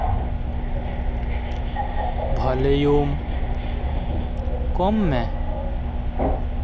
ᱵᱷᱚᱞᱤᱭᱟᱢ ᱠᱚᱢ ᱢᱮ